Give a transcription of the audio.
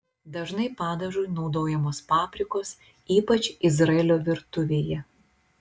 dažnai padažui naudojamos paprikos ypač izraelio virtuvėje